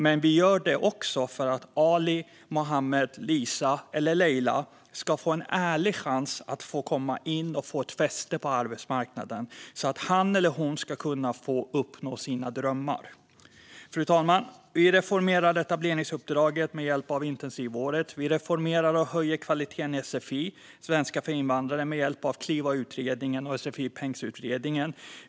Men vi gör det också för att Ali, Mohammad, Lisa och Leila ska få en ärlig chans att komma in och få fäste på arbetsmarknaden så att han eller hon ska kunna uppnå sina drömmar. Fru talman! Vi reformerar etableringsuppdraget med hjälp av intensivåret. Vi reformerar och höjer kvaliteten i sfi, svenska för invandrare, med hjälp av Klivautredningen och Sfi-pengsutredningen.